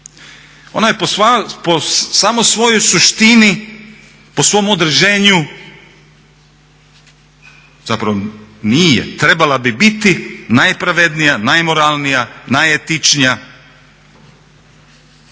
Ona je po samoj svojoj suštini, po svom određenju zapravo nije, trebala bi biti najpravednija, najmoralnija, najetičnija.